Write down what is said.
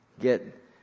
get